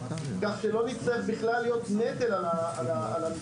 כך שלא נצטרך בכלל להיות נטל על המדינה,